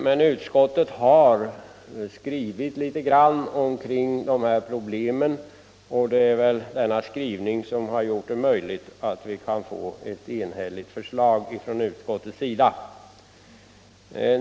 Men utskottet har skrivit litet grand om de här problemen, och det är denna skrivning som gjort det möjligt att få fram ett enhälligt förslag från utskottets sida.